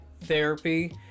therapy